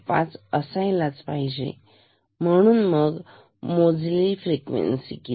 5 असायलाच हवी म्हणून मग मोजलेली फ्रिक्वेन्सी किती